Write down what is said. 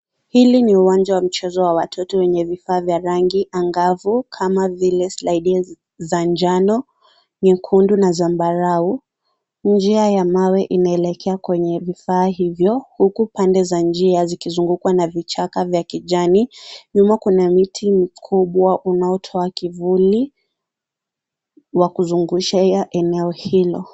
Hili ni uwanja wa mchezo wa watoto wenye vifaa vya rangi angavu. kama vile slidings za njano, nyekundu na zambarau. Njia ya mawe inaelekea kwenye vifaa hivyo huku pande za njia zikizungukwa na vichaka vya kijani. Nyuma kuna mti mkubwa unaotoa kivuli wa kuzungushia eneo hilo.